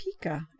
Pika